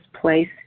place